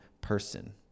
person